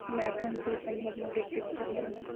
نہ کَنسیشَن ہٮ۪کہِ نہٕ گٔژھِتھ کِہیٖنۍ نہ